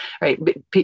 right